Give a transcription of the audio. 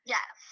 Yes